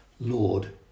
Lord